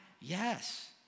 Yes